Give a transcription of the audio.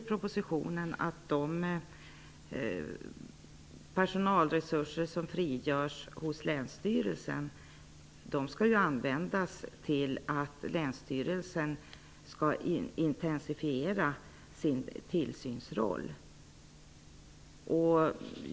I propositionen sägs att de personalresurser som frigörs hos länsstyrelsen skall användas för en intensifiering av länsstyrelsens tillsynsroll.